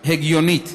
הגיונית,